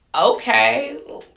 Okay